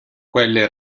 quelle